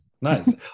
Nice